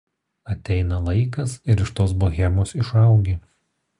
ateina laikas ir iš tos bohemos išaugi